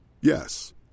Yes